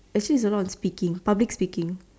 actually is a lot of speaking public speaking